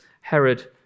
Herod